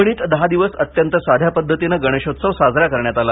परभणीत दहा दिवस अत्यंत साध्या पद्धतीने गणेशोत्सव साजरा करण्यात आला